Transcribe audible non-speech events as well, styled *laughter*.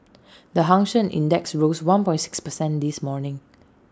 *noise* the hang Seng index rose one point six percent this morning